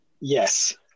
Yes